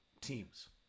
teams